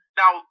Now